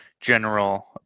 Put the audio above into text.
general